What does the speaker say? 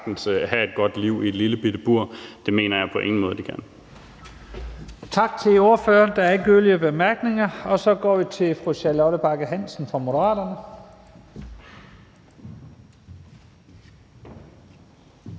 og så går vi til fru Charlotte Bagge Hansen fra Moderaterne.